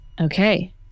Okay